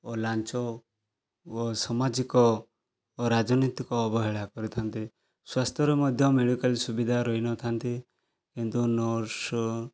ଓ ଲାଞ୍ଚ ଓ ସାମାଜିକ ଓ ରାଜନୈତିକ ଅବହେଳା କରିଥାନ୍ତି ସ୍ୱାସ୍ଥ୍ୟରେ ମଧ୍ୟ ମେଡ଼ିକାଲ୍ ସୁବିଧା ରହି ନଥାନ୍ତି କିନ୍ତୁ ନର୍ସ୍